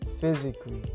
physically